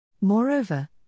Moreover